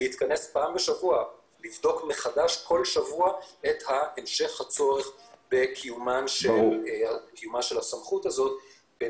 להתכנס פעם בשבוע לבדיקה מחדש של המשך הצורך בקיומה של הסמכות הזאת.